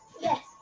Yes